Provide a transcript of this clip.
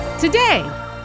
today